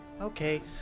okay